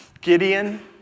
Gideon